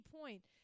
point